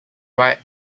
write